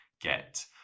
get